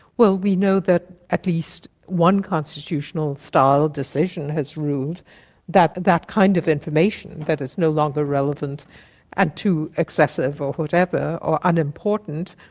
well, we know that at least one constitutional style decision has ruled that that kind of information that is no longer relevant and too excessive or whatever or unimportant,